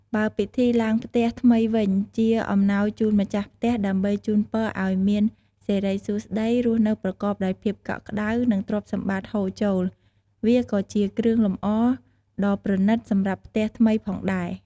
បើពិធីឡើងផ្ទះថ្មីវិញជាអំណោយជូនម្ចាស់ផ្ទះដើម្បីជូនពរឱ្យមានសិរីសួស្តី រស់នៅប្រកបដោយភាពកក់ក្តៅ និងទ្រព្យសម្បត្តិហូរចូល វាក៏ជាគ្រឿងលម្អដ៏ប្រណិតសម្រាប់ផ្ទះថ្មីផងដែរ។